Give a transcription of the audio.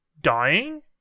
dying